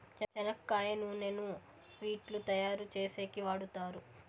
చెనక్కాయ నూనెను స్వీట్లు తయారు చేసేకి వాడుతారు